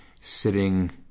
sitting